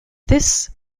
this